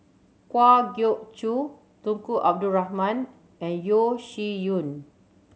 Kwa Geok Choo Tunku Abdul Rahman and Yeo Shih Yun